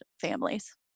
families